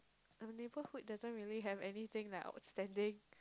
our neighborhood doesn't really have anything that are outstanding